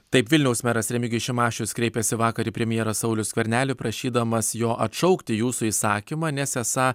taip vilniaus meras remigijus šimašius kreipėsi vakar į premjerą saulių skvernelį prašydamas jo atšaukti jūsų įsakymą nes esą